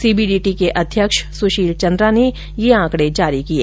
CBDT के अध्यक्ष सुशील चन्द्रा ने ये आंकडे जारी किये